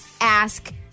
ask